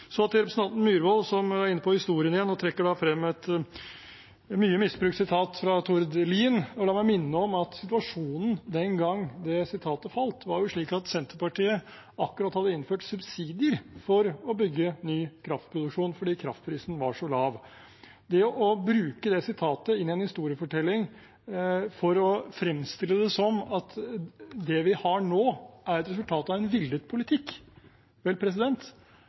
Så til representanten Myhrvold, som er inne på historien igjen, og trekker frem et mye misbrukt sitat fra Tord Lien: La meg minne om at situasjonen den gang det sitatet falt, var slik at Senterpartiet akkurat hadde innført subsidier for å bygge ny kraftproduksjon, fordi kraftprisen var så lav. Det å bruke det sitatet inn i en historiefortelling for å fremstille det som at det vi har nå, er et resultat av en villet politikk,